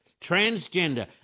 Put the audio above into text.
transgender